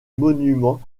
monument